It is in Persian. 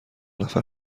نفر